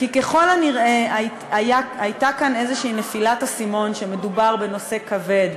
כי ככל הנראה הייתה כאן איזו נפילת אסימון שמדובר בנושא כבד.